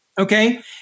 Okay